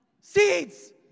seeds